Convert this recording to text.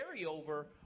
carryover